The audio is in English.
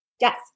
Yes